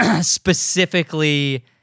specifically